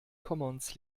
commons